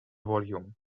volume